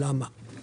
למה?